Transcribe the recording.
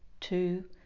two